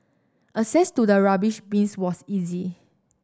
access to the rubbish bins was easy